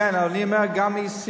אני אומר, גם EC